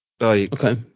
Okay